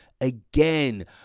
again